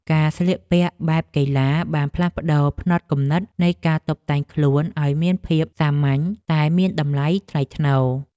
ការស្លៀកពាក់បែបកីឡាបានផ្លាស់ប្តូរផ្នត់គំនិតនៃការតុបតែងខ្លួនឱ្យមានភាពសាមញ្ញតែមានតម្លៃថ្លៃថ្នូរ។